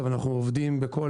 אבל אנחנו עובדים בכל